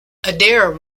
adair